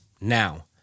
Now